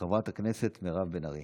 חברת הכנסת מירב בן ארי,